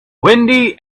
windy